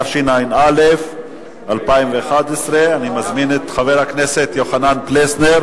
התשע"א 2011. אני מזמין את חבר הכנסת יוחנן פלסנר